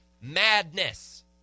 madness